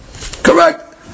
Correct